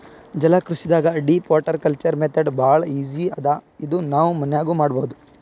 ಜಲಕೃಷಿದಾಗ್ deep water culture method ಭಾಳ್ easy ಅದಾ ಇದು ನಾವ್ ಮನ್ಯಾಗ್ನೂ ಮಾಡಬಹುದ್